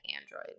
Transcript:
Android